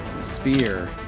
Spear